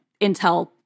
Intel